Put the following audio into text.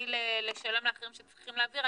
ובמקביל לשלם לאחרים שצריכים להעביר,